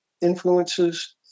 influences